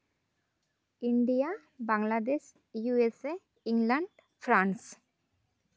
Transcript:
India Bangladesh U S A England France